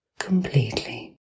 Completely